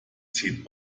zieht